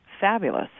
fabulous